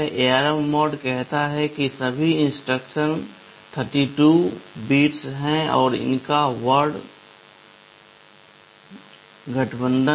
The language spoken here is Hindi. ARM मोड कहता है कि सभी इंस्ट्रक्शन 32 बिट हैं और उनका वर्ड गठबंधन है